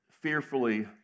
fearfully